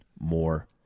more